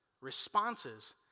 responses